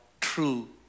true